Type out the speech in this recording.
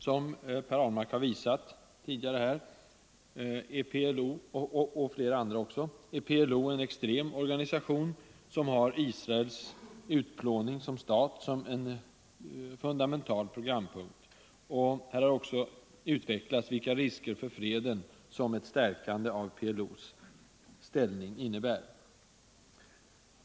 Som herr Ahlmark och flera andra har visat är PLO en extrem organisation som har Israels utplåning som en grundläggande programpunkt. Här har också utvecklats vilka risker för freden som ett stärkande av PLO:s ställning innebär.